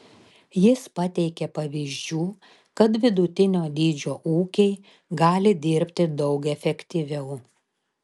jis pateikė pavyzdžių kad vidutinio dydžio ūkiai gali dirbti daug efektyviau